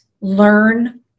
learn